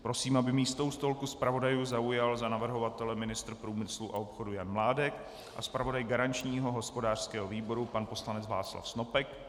Prosím, aby místo u stolku zpravodajů zaujal za navrhovatele ministr průmyslu a obchodu Jan Mládek a zpravodaj garančního hospodářského výboru pan poslanec Václav Snopek.